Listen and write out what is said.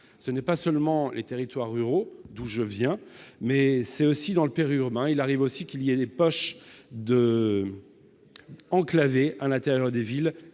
Il y a non seulement les territoires ruraux, d'où je viens, mais également le périurbain. Il arrive qu'il y ait des poches enclavées à l'intérieur des villes